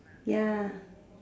ya